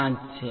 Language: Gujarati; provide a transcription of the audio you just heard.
5 છે